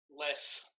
less